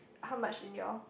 how much in your